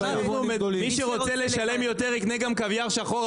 מי שרוצה לשלם יותר יקנה גם קוויאר שחור,